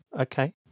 Okay